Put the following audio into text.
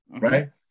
right